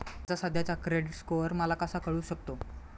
माझा सध्याचा credit score मला कसा कळू शकतो?